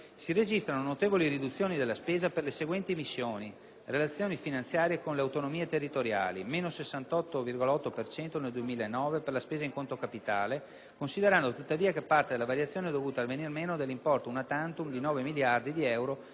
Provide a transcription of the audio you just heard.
Si registrano notevoli riduzioni della spesa per le seguenti missioni: relazioni finanziarie con le autonomie territoriali (meno 68,8 per cento nel 2009 per la spesa in conto capitale considerando tuttavia che parte della variazione è dovuta al venir meno dell'importo *una tantum* di 9 miliardi di euro